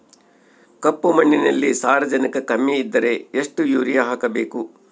ಕಪ್ಪು ಮಣ್ಣಿನಲ್ಲಿ ಸಾರಜನಕ ಕಮ್ಮಿ ಇದ್ದರೆ ಎಷ್ಟು ಯೂರಿಯಾ ಹಾಕಬೇಕು?